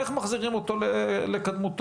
איך מחזירים אותו לקדמותו.